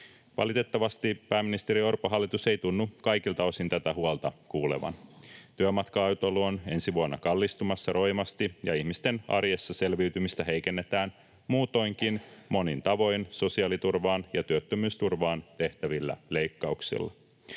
Valitettavasti pääministeri Orpon hallitus ei tunnu kaikilta osin tätä huolta kuulevan. Työmatka-autoilu on ensi vuonna kallistumassa roimasti, ja ihmisten arjessa selviytymistä heikennetään muutoinkin monin tavoin sosiaaliturvaan ja työttömyysturvaan tehtävillä leikkauksilla.